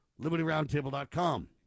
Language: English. LibertyRoundTable.com